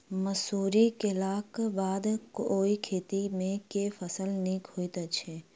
मसूरी केलाक बाद ओई खेत मे केँ फसल नीक होइत छै?